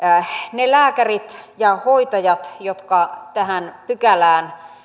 ne lääkärit ja hoitajat jotka tähän pykälään